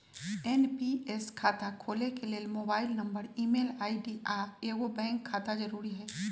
NPS खता खोले के लेल मोबाइल नंबर, ईमेल आई.डी, आऽ एगो बैंक खता जरुरी हइ